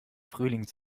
frühling